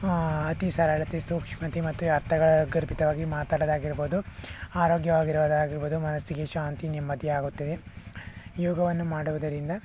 ಅತಿ ಸರಳತೆ ಸೂಕ್ಷ್ಮತೆ ಮತ್ತೆ ಅರ್ಥಗರ್ಭಿತವಾಗಿ ಮಾತಾಡೋದಾಗಿರ್ಬೋದು ಆರೋಗ್ಯವಾಗಿರೋದಾಗಿರ್ಬೋದು ಮನಸ್ಸಿಗೆ ಶಾಂತಿ ನೆಮ್ಮದಿ ಆಗುತ್ತದೆ ಇವುಗಳನ್ನು ಮಾಡುವುದರಿಂದ